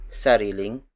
sariling